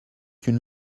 une